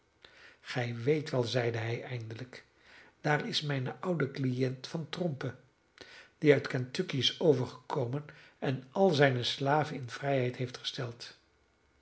gij weet wel zeide hij eindelijk daar is mijn oude cliënt van trompe die uit kentucky is overgekomen en al zijne slaven in vrijheid heeft gesteld